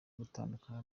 gutandukana